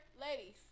ladies